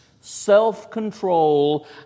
self-control